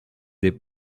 des